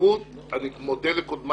בנציבות אני מודה לקודמיי